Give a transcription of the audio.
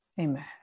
Amen